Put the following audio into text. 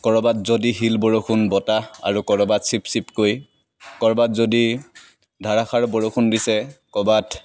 ক'ৰবাত যদি শিল বৰষুণ বতাহ আৰু ক'ৰবাত চিপ চিপকৈ ক'ৰবাত যদি ধাৰাসাৰ বৰষুণ দিছে ক'ৰবাত